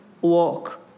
walk